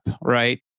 right